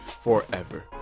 forever